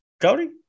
Cody